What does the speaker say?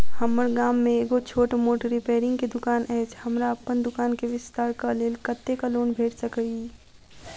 हम्मर गाम मे एगो छोट मोट रिपेयरिंग केँ दुकान अछि, हमरा अप्पन दुकान केँ विस्तार कऽ लेल कत्तेक लोन भेट सकइय?